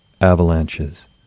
avalanches